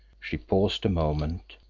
she paused a moment,